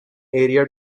area